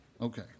Okay